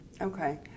Okay